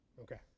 Okay